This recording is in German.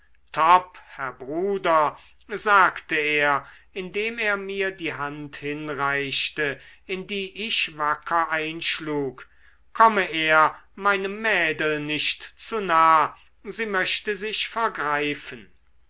herr bruder sagte er indem er mir die hand hinreichte in die ich wacker einschlug komme er meinem mädel nicht zu nah sie möchte sich vergreifen